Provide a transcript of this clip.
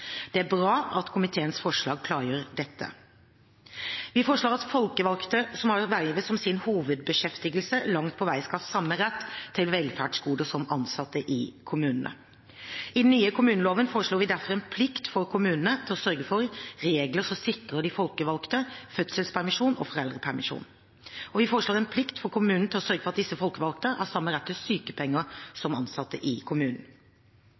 Det er bra at komiteens forslag klargjør dette. Vi foreslår at folkevalgte som har vervet som sin hovedbeskjeftigelse, langt på vei skal ha samme rett til velferdsgoder som ansatte i kommunene. I den nye kommuneloven foreslår vi derfor en plikt for kommunene til å sørge for regler som sikrer de folkevalgte fødselspermisjon og foreldrepermisjon, og vi foreslår en plikt for kommunen til å sørge for at disse folkevalgte har samme rett til sykepenger som ansatte i kommunen.